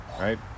Right